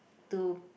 to